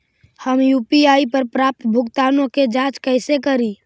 हम यु.पी.आई पर प्राप्त भुगतानों के जांच कैसे करी?